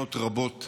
מבחינות רבות,